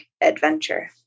adventure